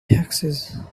taxes